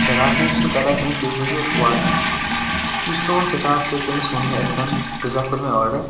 شرارت نہ حظ چھُس نہٕ کَران کِہیٖنۍ تُہۍ بوٗزِو وارٕ یُس تُہُنٛد سٹاف چھُ تٔمِس وون مےٚ اِتھ کنۍ پِزا کوٚر مےٚ آرڈر